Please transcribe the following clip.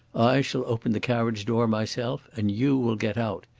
i shall open the carriage door myself and you will get out.